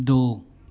दो